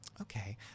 Okay